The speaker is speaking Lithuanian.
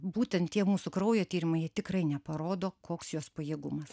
būtent tie mūsų kraujo tyrimai jie tikrai neparodo koks jos pajėgumas